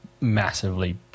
massively